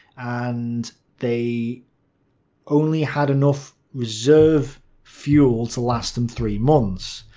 and they only had enough reserve fuel to last them three months.